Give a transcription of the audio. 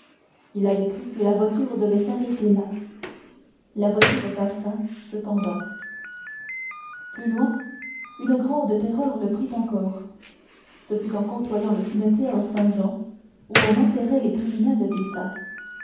il avait cru que la voiture devait s'arrêter là la voiture passa cependant plus loin une grande terreur le prit encore ce fut en côtoyant le cimetière saint-jean où on enterrait les criminels